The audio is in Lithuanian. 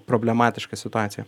problematiška situacija